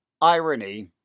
irony